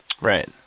Right